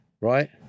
right